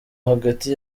hagati